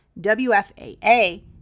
WFAA